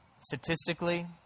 statistically